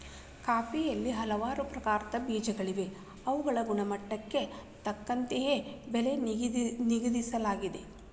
ಕಾಫಿಯಲ್ಲಿ ಹಲವಾರು ಪ್ರಕಾರದ ಬೇಜಗಳಿವೆ ಅವುಗಳ ಗುಣಮಟ್ಟಕ್ಕೆ ತಕ್ಕಂತೆ ಬೆಲೆ ನಿಗದಿಯಾಗಿರುತ್ತದೆ